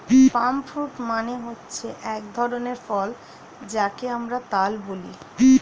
পাম fruit মানে হচ্ছে এক ধরনের ফল যাকে আমরা তাল বলি